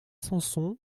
samson